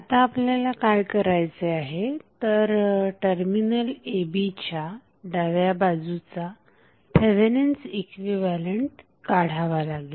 आता आपल्याला काय करायचे आहे तर टर्मिनल ab च्या डाव्या बाजूचा थेवेनिन्स इक्विव्हॅलेंट काढावा लागेल